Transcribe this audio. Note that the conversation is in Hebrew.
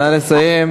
נא לסיים.